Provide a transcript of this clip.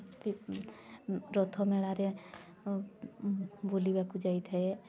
ରଥ ମେଳାରେ ବୁଲିବାକୁ ଯାଇଥାଏ